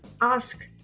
ask